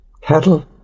cattle